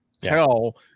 tell